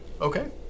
Okay